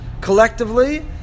collectively